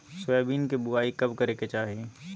Soybean के बुआई कब करे के चाहि?